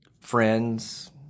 friends